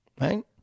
Right